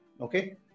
okay